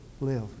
live